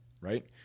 right